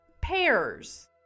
pears